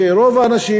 שרוב האנשים,